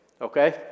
Okay